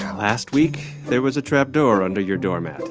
last week, there was a trapdoor under your doormat.